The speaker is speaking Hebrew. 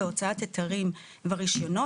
בהוצאת היתרים ברישיונות.